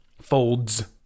Folds